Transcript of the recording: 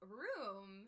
room